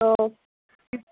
تو